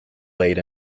laid